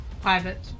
private